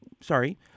sorry